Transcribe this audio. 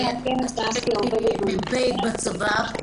אני הייתי מ"פ בצבא.